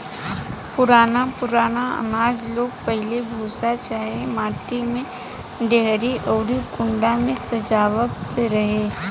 पुरान पुरान आनाज लोग पहिले भूसा चाहे माटी के डेहरी अउरी कुंडा में संजोवत रहे